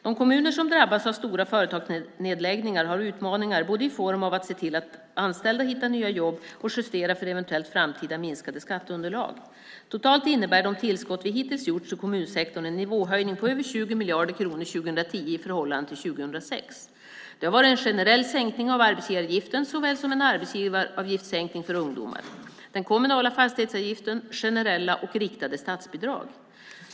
De kommuner som drabbas av stora företagsnedläggningar har utmaningar både i form av att se till att anställda hittar nya jobb och att justera för eventuellt framtida minskande skatteunderlag. Totalt innebär de tillskott vi hittills har gett till kommunsektorn en nivåhöjning på över 20 miljarder kronor 2010 i förhållande till 2006. Det har handlat om en generell sänkning av arbetsgivaravgiften såväl som om en arbetsgivaravgiftssänkning för ungdomar, om den kommunala fastighetsavgiften samt om generella och riktade statsbidrag.